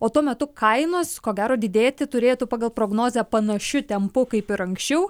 o tuo metu kainos ko gero didėti turėtų pagal prognozę panašiu tempu kaip ir anksčiau